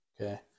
Okay